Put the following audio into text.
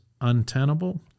untenable